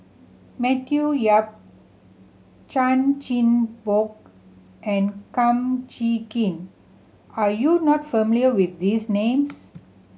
Matthew Yap Chan Chin Bock and Kum Chee Kin are you not familiar with these names